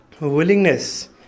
Willingness